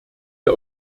der